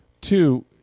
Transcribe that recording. Two